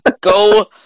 Go